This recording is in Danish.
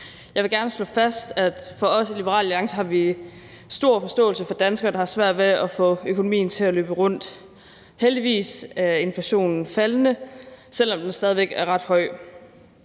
Jeg vil gerne slå fast, at vi i Liberal Alliance har stor forståelse for danskere, der har svært ved at få økonomien til at løbe rundt. Heldigvis er inflationen faldende, selv om den stadig væk er ret høj.